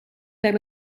per